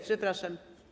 Przepraszam.